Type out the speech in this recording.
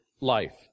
life